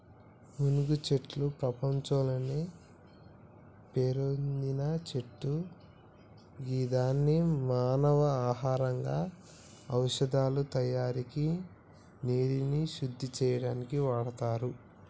మునగచెట్టు ప్రపంచంలోనే పేరొందిన చెట్టు గిదాన్ని మానవ ఆహారంగా ఔషదాల తయారికి నీరుని శుద్ది చేయనీకి వాడుతుర్రు